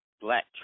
Black